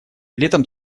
летом